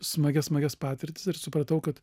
smagias smagias patirtis ir supratau kad